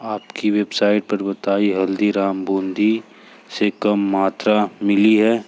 आपकी वेबसाइट पर बताई हल्दीराम बूंदी से कम मात्रा मिली है